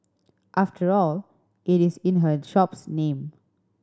after all it is in her shop's name